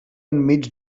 enmig